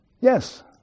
Yes